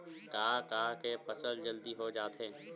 का का के फसल जल्दी हो जाथे?